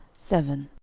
seven.